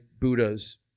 Buddha's